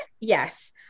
yes